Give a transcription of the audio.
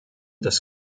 des